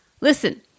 Listen